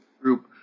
group